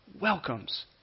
welcomes